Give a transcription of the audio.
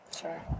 Sure